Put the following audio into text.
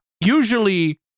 Usually